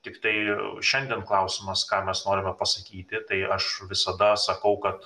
tiktai šiandien klausimas ką mes norime pasakyti tai aš visada sakau kad